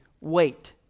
wait